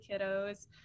kiddos